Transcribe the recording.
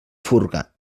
furga